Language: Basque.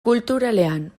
kulturalean